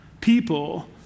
people